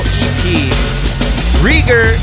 Rieger